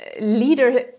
leader